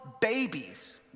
babies